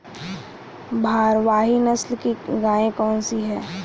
भारवाही नस्ल की गायें कौन सी हैं?